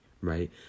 right